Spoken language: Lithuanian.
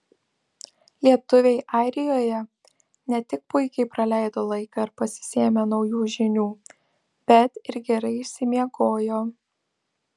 lietuviai airijoje ne tik puikiai praleido laiką ar pasisėmė naujų žinių bet ir gerai išsimiegojo